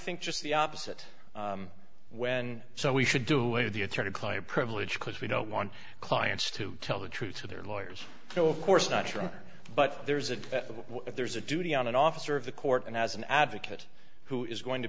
think just the opposite when so we should do it with the attorney client privilege because we don't want clients to tell the truth to their lawyers no of course not true but there's a there's a duty on an officer of the court and has an advocate who is going to